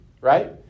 right